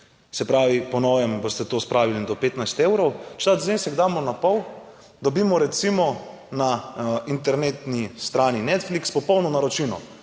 se pravi po novem boste to spravili do 15 evrov, vsak znesek damo na pol, dobimo recimo na internetni strani Netflix, popolno naročnino,